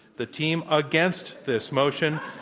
the team against this motion,